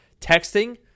texting